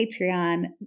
Patreon